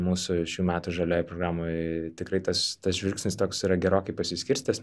mūsų šių metų žalioje programoj tikrai tas žvilgsnis toks yra gerokai pasiskirstęs